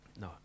No